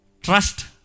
Trust